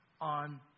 on